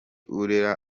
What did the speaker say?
urera